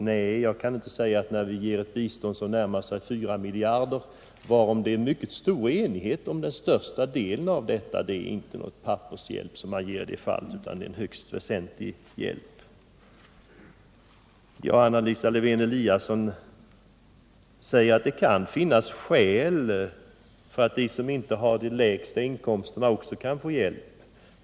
Nej, jag kan inte inse att ett bistånd på närmare 4 miljarder, varom det till största delen är mycket stor enighet, bara skulle vara en hjälp på papperet. Det är en högst väsentlig insats. Anna Lisa Lewén-Eliasson säger att det kan finnas skäl för att också de som inte har de lägsta inkomsterna kan få hjälp.